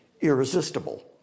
irresistible